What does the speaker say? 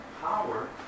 power